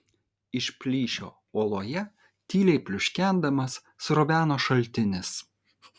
iš plyšio uoloje tyliai pliuškendamas sroveno šaltinis